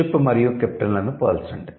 ship మరియు కెప్టెన్లను పోల్చండి